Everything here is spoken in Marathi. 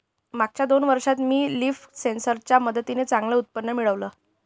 मागच्या दोन वर्षात मी लीफ सेन्सर च्या मदतीने चांगलं उत्पन्न मिळवलं